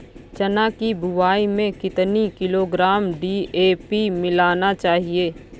चना की बुवाई में कितनी किलोग्राम डी.ए.पी मिलाना चाहिए?